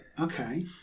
Okay